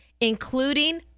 including